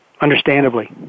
understandably